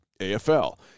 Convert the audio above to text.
AFL